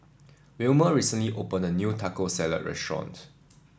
Wilmer recently opened a new Taco Salad restaurant